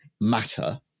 matter